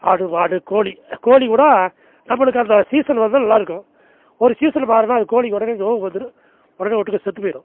ஆடு மாடு கோழி கோழி கூட நம்மளுக்கு அந்த சீசன் வந்தால் நல்லாயிருக்கும் ஒரு சீசன் மாறினா அது கோழிக்கு உடனே நோவு வந்துடும் உடனே ஒட்டுக்கா செத்துப்போயிடும்